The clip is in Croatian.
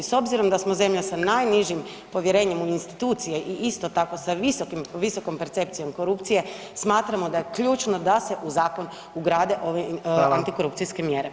S obzirom da smo zemlja s najnižim povjerenjem u institucije i isto tako sa visokim, visokom percepcijom korupcije, smatramo da je ključno da se u zakon ugrade ove [[Upadica: Hvala]] antikorupcijske mjere.